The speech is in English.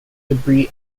debris